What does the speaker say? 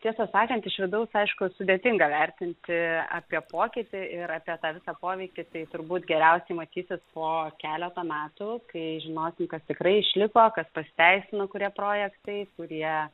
tiesą sakant iš vidaus aišku sudėtinga vertinti apie pokytį ir apie tą visą poveikį tai turbūt geriausiai matysis po keleto metų kai žinosim kas tikrai išliko kas pasiteisino kurie projektai kurie